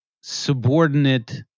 subordinate